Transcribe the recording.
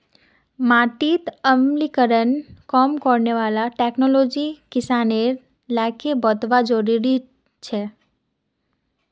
माटीत अम्लीकरण कम करने वाला टेक्नोलॉजी किसान लाक बतौव्वा जरुरी छेक